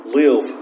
live